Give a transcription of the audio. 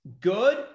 good